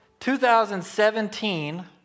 2017